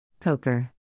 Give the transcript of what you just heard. Poker